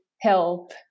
help